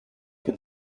can